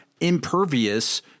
impervious